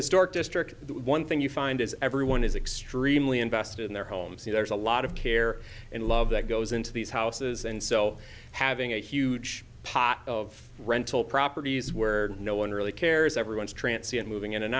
historic district the one thing you find is everyone is extremely invested in their homes and there's a lot of care and love that goes into these houses and so having a huge pot of rental properties where no one really cares everyone's trant see it moving in and